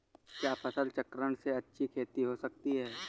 क्या फसल चक्रण से अच्छी खेती हो सकती है?